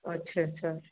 अच्छा अच्छा